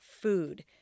food